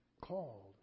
called